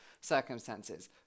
circumstances